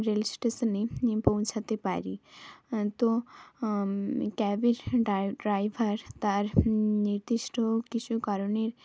rail স্টেশনে গিয়ে পৌঁছাতে পারি তো ক্যাবের ড্রাইভার তার নির্দিষ্ট কিছু কারণের